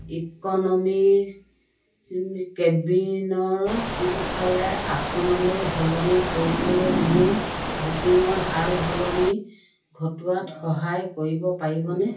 ইকনমিৰ কেবিনৰ পিছফালে আসনলৈ সলনি কৰিবলৈ মোৰ বুকিঙৰ সাল সলনি ঘটোৱাত সহায় কৰিব পাৰিবনে